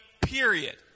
period